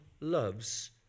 loves